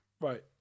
Right